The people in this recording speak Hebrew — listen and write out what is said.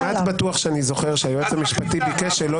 אני כמעט בטוח שהיועץ המשפטי ביקש שלא